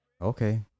okay